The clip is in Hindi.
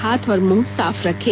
हाथ और मुंह साफ रखें